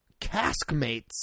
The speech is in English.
Caskmates